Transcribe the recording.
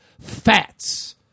fats